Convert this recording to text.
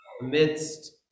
amidst